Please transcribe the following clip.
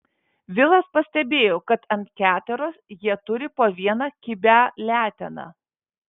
vilas pastebėjo kad ant keteros jie turi po vieną kibią leteną